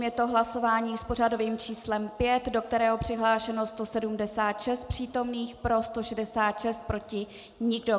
Je to hlasování s pořadovým číslem 5, do kterého je přihlášeno 176 přítomných, pro 166, proti nikdo.